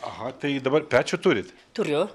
aha tai dabar pečių turit turiu